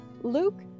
Luke